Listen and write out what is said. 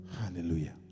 Hallelujah